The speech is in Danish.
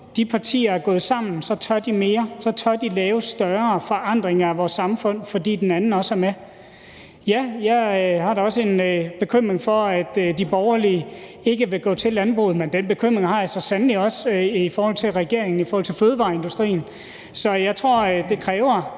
når de er gået sammen, så tør mere, at de tør lave større forandringer af vores samfund, fordi den anden også er med. Ja, jeg har da også en bekymring for, at de borgerlige ikke vil gå til landbruget, men den bekymring har jeg så sandelig også i forhold til regeringen i forhold til fødevareindustrien. Så jeg tror, at det kræver